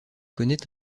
connaît